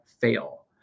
fail